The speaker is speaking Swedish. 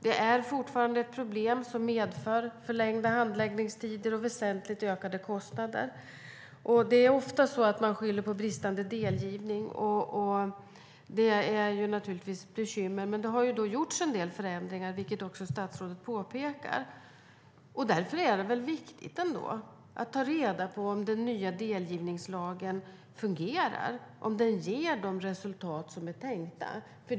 Det är fortfarande ett problem som medför förlängda handläggningstider och väsentligt ökade kostnader. Man skyller ofta på bristande delgivning, och det är naturligtvis ett bekymmer. Men det har gjorts en del förändringar, vilket statsrådet också påpekar. Därför är det väl viktigt att ta reda på om den nya delgivningslagen fungerar, om den ger upphov till de tänkta resultaten?